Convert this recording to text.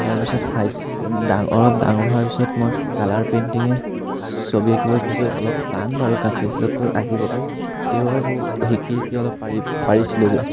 তাৰপিছত হাই ডাং অলপ ডাঙৰ হোৱাৰ পিছত মই কালাৰ পেইণ্টিঙে ছবি আঁকিব কিছু অলপ টান বাৰু কাঠ পেঞ্চিলতকৈ আঁকিবলৈ তেওঁ শিকি শিকি অলপ পাৰি পাৰিছিলোঁগৈ